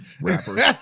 Rappers